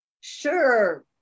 Sure